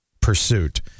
pursuit